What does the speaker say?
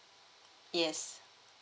yes